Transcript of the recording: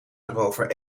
erover